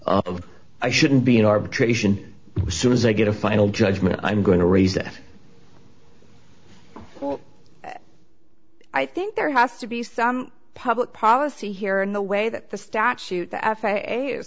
of i shouldn't be in arbitration soon as i get a final judgment i'm going to raise that well i think there has to be some public policy here in the way that the statute